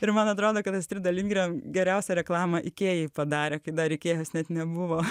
ir man atrodo kad astrida lindgren geriausią reklamą ikėjai padarė kai dar ikėjos net nebuvo